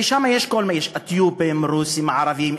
ושם יש כל מיני, יש אתיופים, רוסים, ערבים.